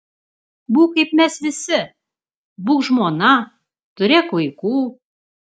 būk kaip mes visi būk žmona turėk vaikų